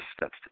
steps